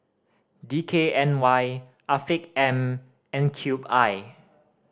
D K N Y Afiq M and Cube I